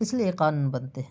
اس لیے قانون بنتے ہیں